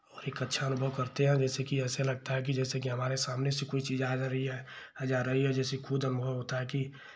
और एक अच्छा अनुभव करते हैं जैसे कि ऐसे लगता है कि जैसे कि हमारे सामने से कोई चीज़ आ जा रही है आ जा रही है जैसे खुद अनुभव होता है कि